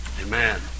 Amen